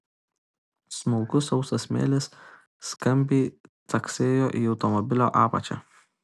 smulkus sausas smėlis skambiai caksėjo į automobilio apačią